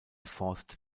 forst